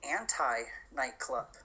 anti-nightclub